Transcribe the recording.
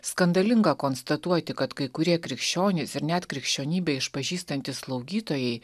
skandalinga konstatuoti kad kai kurie krikščionys ir net krikščionybę išpažįstantys slaugytojai